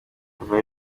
havamo